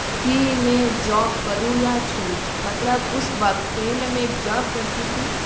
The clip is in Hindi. कि मैं जॉब करूँ या छोडूँ मतलब उस वक़्त पहले मैं एक जॉब करती थी